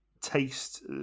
taste